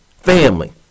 family